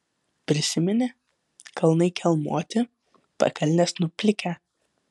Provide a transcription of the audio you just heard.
prisimeni kalnai kelmuoti pakalnės nuplikę